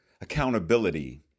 accountability